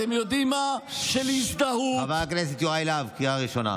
אתה גינית מה שעשית לניר אורבך, לילדים שלו?